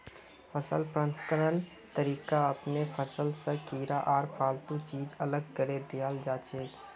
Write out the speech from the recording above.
फसल प्रसंस्करण तरीका अपनैं फसल स कीड़ा आर फालतू चीज अलग करें दियाल जाछेक